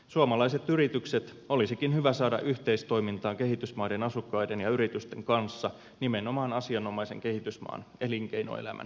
suomalaiset yritykset olisikin hyvä saada yhteistoimintaan kehitysmaiden asukkaiden ja yritysten kanssa nimenomaan asianomaisen kehitysmaan elinkeinoelämän kehittämiseksi